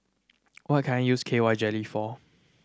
what can I use K Y Jelly for